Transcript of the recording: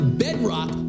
bedrock